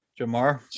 Jamar